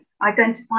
identify